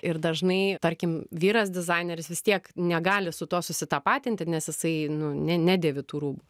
ir dažnai tarkim vyras dizaineris vis tiek negali su tuo susitapatinti nes jisai nu ne nedėvi tų rūbų